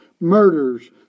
Murders